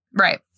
Right